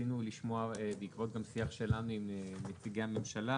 רמינו לשמוע, בעקבות השיח שלנו עם נציגי הממשלה